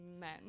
men